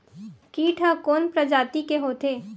कीट ह कोन प्रजाति के होथे?